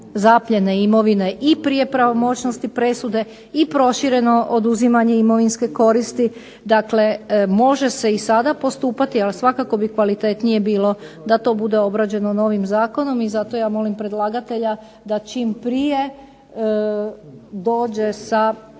zapljene imovine i prije pravomoćnosti presude i prošireno oduzimanje imovinske koristi. Dakle, može se i sada postupati, ali svakako bi kvalitetnije bilo da to bude obrađeno novim zakonom i zato ja molim predlagatelja da čim prije dođe sa